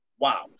Wow